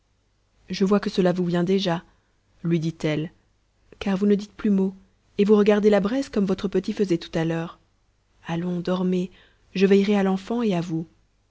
je vois que cela vous vient déjà lui dit-elle car vous ne dites plus mot et vous regardez la braise comme votre petit faisait tout à l'heure allons dormez je veillerai à l'enfant et à vous